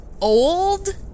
old